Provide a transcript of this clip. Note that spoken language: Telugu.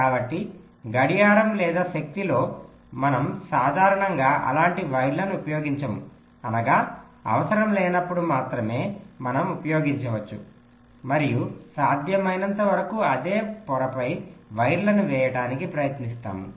కాబట్టి గడియారం లేదా శక్తిలో మనం సాధారణంగా అలాంటి వైర్లను ఉపయోగించము అనగా అవసరం లేనప్పుడు మాత్రమే మనం ఉపయోగించుకోవచ్చు మరియు సాధ్యమైనంతవరకు అదే పొరపై వైర్లను వేయడానికి ప్రయత్నిస్తాము